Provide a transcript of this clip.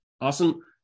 awesome